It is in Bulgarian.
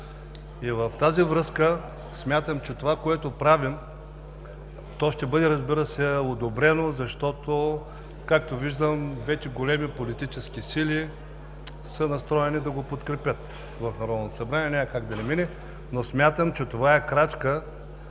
В тази връзка смятам, че това, което правим, ще бъде, разбира се, одобрено, защото, както виждам, двете големи политически сили са настроени да го подкрепят в Народното събрание и няма как да не мине. Но смятам, че това е крачка